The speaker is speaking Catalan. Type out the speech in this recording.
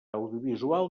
audiovisual